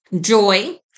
joy